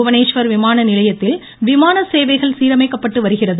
புவனேஸ்வர் விமான நிலையத்தில் விமான சேவைகள் சீரமைக்கப்பட்டு வருகிறது